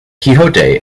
quixote